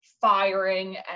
firing